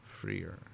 Freer